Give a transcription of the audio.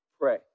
pray